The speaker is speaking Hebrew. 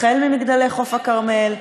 החל מ"מגדלי חוף הכרמל",